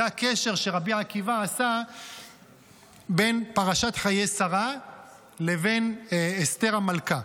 זה הקשר שרבי עקיבא עשה בין פרשת חיי שרה לבין אסתר המלכה.